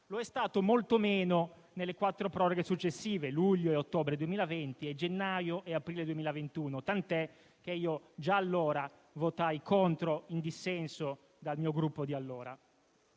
lo è stato molto meno nelle quattro proroghe successive, a luglio e a ottobre 2020 e a gennaio e ad aprile 2021, tant'è che già allora votai contro in dissenso dal mio Gruppo di allora.